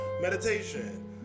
meditation